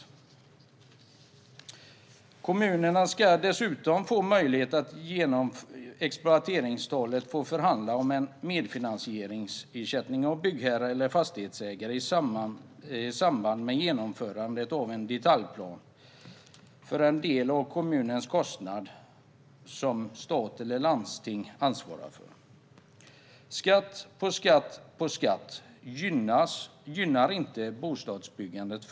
I samband med genomförandet av detaljplaner ska kommunerna dessutom genom exploateringsavtalet få möjlighet att förhandla om en medfinansieringsersättning av byggherre eller fastighetsägare för den del av kommunernas kostnad som stat eller landsting ansvarar för. Skatt på skatt gynnar inte bostadsbyggandet.